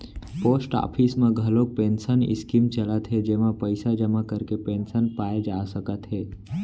post office म घलोक pension scheme चलत हे जेमा पइसा जमा करके पेंसन पाए जा सकत हे